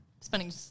spending